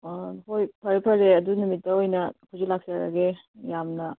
ꯑꯥ ꯍꯣꯏ ꯐꯔꯦ ꯐꯔꯦ ꯑꯗꯨ ꯅꯨꯃꯤꯠꯇ ꯑꯣꯏꯅ ꯑꯩꯈꯣꯏꯁꯨ ꯂꯥꯛꯆꯔꯒꯦ ꯌꯥꯝꯅ